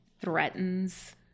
threatens